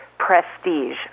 prestige